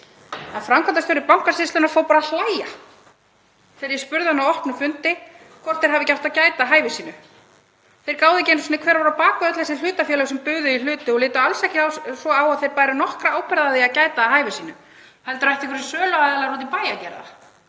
En framkvæmdastjóri Bankasýslunnar fór bara að hlæja þegar ég spurði hann á opnum fundi hvort þeir hafi ekki átt að gæta að hæfi sínu. Þeir gáðu ekki einu sinni hver var á bak við öll þessi hlutafélög sem buðu í hluti og litu alls ekki svo á að þeir bæru nokkra ábyrgð á því að gæta að hæfi sínu, heldur ættu einhverjir söluaðilar úti í bæ að gera það.